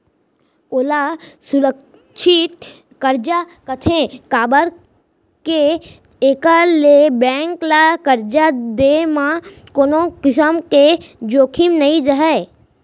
ओला सुरक्छित करजा कथें काबर के एकर ले बेंक ल करजा देहे म कोनों किसम के जोखिम नइ रहय